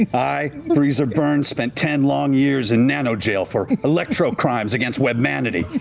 i, freezerburn, spent ten long years in nano-jail for electro-crimes against webmanity.